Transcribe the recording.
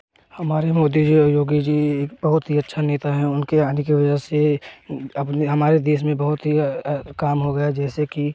हमारे मोदी जी और योगी जी बहुत ही अच्छा नेता हैं उनके आने के वजह से अपने हमारे देश में बहुत ही काम हो गया जैसे की